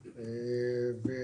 --- אגני,